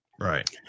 right